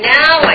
now